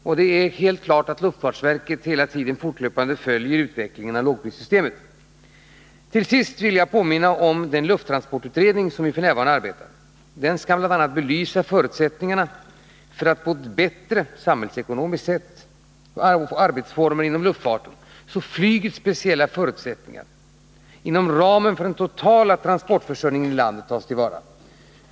Jag utgår från att luftfartsverket fortlöpande följer lågprissystemets utveckling. Jag vill slutligen erinra om den s.k. lufttransportutredningen. Utredningen har bl.a. till uppgift att belysa förutsättningarna för samhällsekonomiskt effektivare arbetsformer inom luftfarten, så att flygets speciella förutsättningar inom ramen för den totala transportförsörjningen tas till vara.